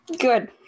good